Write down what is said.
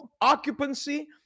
occupancy